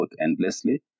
endlessly